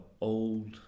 old